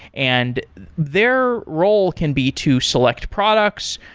and their role can be to select products,